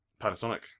Panasonic